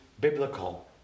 biblical